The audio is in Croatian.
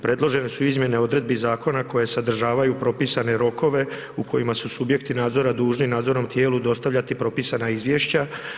Predložene su izmjene odredbi zakona koje sadržavaju propisane rokove u kojima su subjekti nadzora dužni nadzornom tijelu dostavljati propisana izvješća.